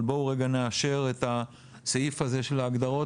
אבל בואו רגע נאשר את הסעיף הזה של ההגדרות.